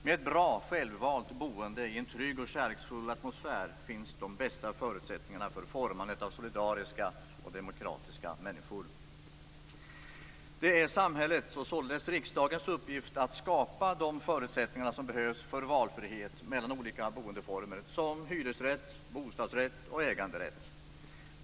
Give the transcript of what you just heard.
Med ett bra självvalt boende, i en trygg och kärleksfull atmosfär, finns de bästa förutsättningarna för formandet av solidariska och demokratiska människor. Det är samhällets, och således riksdagens uppgift, att skapa de förutsättningar som behövs för valfrihet mellan olika boendeformer såsom hyresrätt, bostadsrätt och äganderätt.